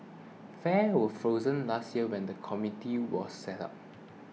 fares were frozen last year when the committee was set up